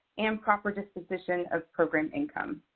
and proper disposition of program income.